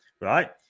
right